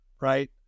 Right